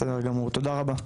בסדר גמור, תודה רבה.